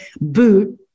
boot